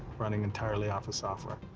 running entirely off of software.